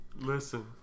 Listen